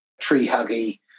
tree-huggy